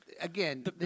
again